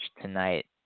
tonight